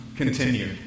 Continue